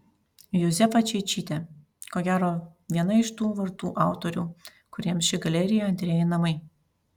juzefa čeičytė ko gero viena iš tų vartų autorių kuriems ši galerija antrieji namai